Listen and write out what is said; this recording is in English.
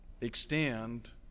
extend